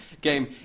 game